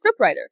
scriptwriter